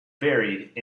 buried